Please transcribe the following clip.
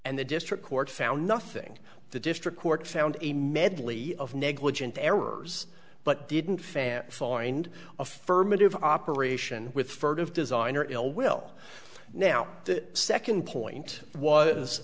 and the district court found nothing the district court found a medley of negligent errors but didn't fan following and affirmative operation with furtive design or ill will now the second point was